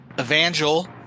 Evangel